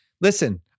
Listen